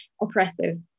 oppressive